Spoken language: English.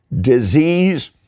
disease